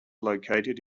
located